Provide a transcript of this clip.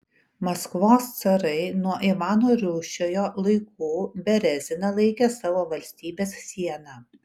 maskvos carai nuo ivano rūsčiojo laikų bereziną laikė savo valstybės siena